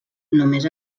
només